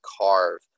carve